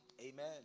Amen